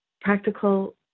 practical